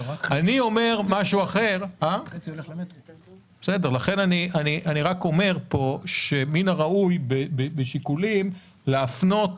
אני אומר משהו אחר, שמן הראוי בשיקולים להפנות